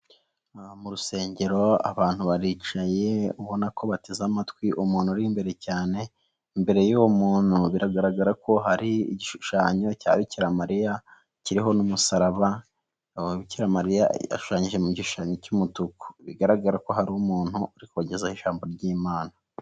Mu rusengero abantu baricaye ubona ko bateze amatwi umuntu uri imbere cyane, imbere y'uwo muntu biragaragara ko hari igishushanyo cya bikira mariya kiriho n'umusaraba, bikira mariya ashushanyije mu gishushanyo cy'umutuku, bigaragara ko hari umuntu urikubagezaho ijambo ry'Imana.